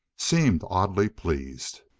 seemed oddly pleased.